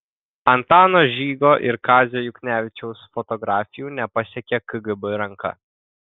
antano žygo ir kazio juknevičiaus fotografijų nepasiekė kgb ranka